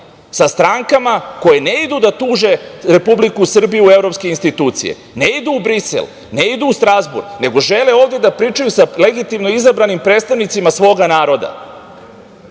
sa strankama koje ne idu da tuže Republiku Srbiju u evropske institucije, ne idu u Brisel, ne idu u Strazbur, nego žele ovde da pričaju sa legitimno izabranim predstavnicima svoga naroda. Setite